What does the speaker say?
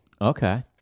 Okay